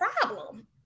problem